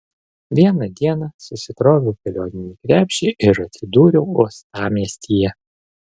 vieną dieną susikroviau kelioninį krepšį ir atsidūriau uostamiestyje